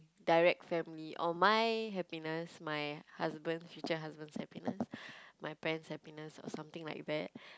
direct family or my happiness my husband's future husband's happiness my parents' happiness or something like that